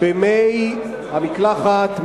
במי המקלחת,